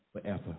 forever